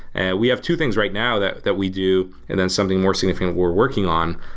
and we have two things right now that that we do and then something more significant we're working on.